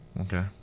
Okay